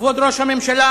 כבוד ראש הממשלה,